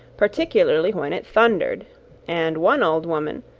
particularly when it thundered and one old woman,